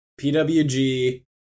PWG